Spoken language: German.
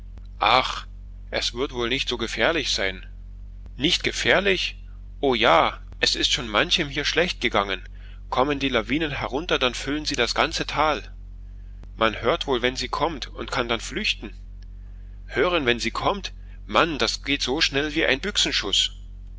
ach es wird wohl nicht so gefährlich sein nicht gefährlich o ja es ist schon manchem hier schlecht gegangen kommen die lawinen herunter dann füllen sie das ganze tal man hört wohl wenn sie kommt und kann dann flüchten hören wenn sie kommt mann das geht so schnell wie ein